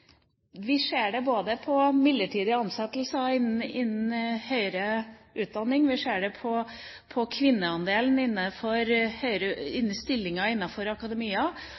Vi ser det både på midlertidige ansettelser innen høyere utdanning, på kvinneandelen i stillinger innenfor akademia